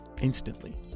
instantly